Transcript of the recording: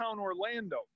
Orlando